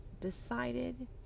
decided